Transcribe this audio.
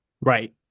Right